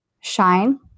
shine